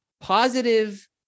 positive